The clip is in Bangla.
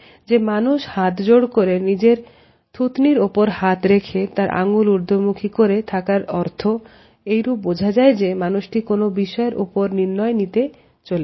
যে মানুষ হাতজোড় করে নিজের থুতনিওপর হাত রেখে তার আঙ্গুল ঊর্ধ্বমুখী করে থাকার অর্থ এইরূপে বোঝা যায় যে মানুষটি কোন বিষয়ের উপরে নির্ণয় নিতে চলেছে